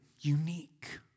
unique